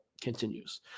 continues